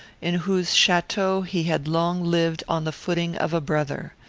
in whose chateau he had long lived on the footing of a brother.